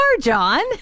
John